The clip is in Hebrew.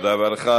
תודה רבה לך.